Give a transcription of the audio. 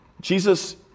Jesus